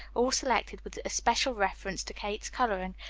all selected with especial reference to kate's colouring,